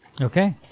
Okay